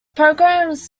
programs